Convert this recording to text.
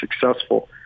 successful